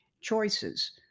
choices